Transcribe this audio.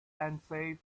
unsafe